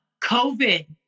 COVID